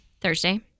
thursday